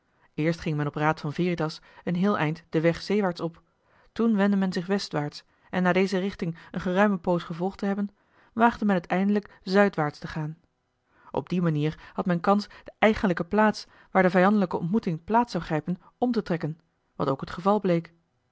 eerst ging men op raad van veritas een heel eind den weg zeewaarts op toen wendde men zich westwaarts en na deze richting een geruime poos gevolgd te hebben waagde men het eindelijk zuidwaarts te gaan op die manier had men kans de eigenlijke plaats waar de vijandelijke ontmoeting plaats zou grijpen om te trekken wat ook het geval bleek